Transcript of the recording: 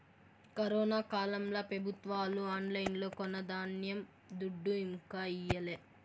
corona కాలంల పెబుత్వాలు ఆన్లైన్లో కొన్న ధాన్యం దుడ్డు ఇంకా ఈయలే